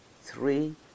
three